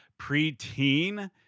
preteen